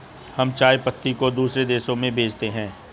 हम चाय पत्ती को दूसरे देशों में भेजते हैं